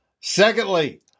Secondly